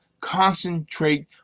concentrate